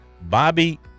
Bobby